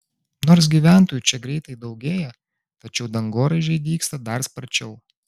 nors gyventojų čia greitai daugėja tačiau dangoraižiai dygsta dar sparčiau